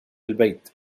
البيت